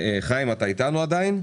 חיים, איתנו עדיין?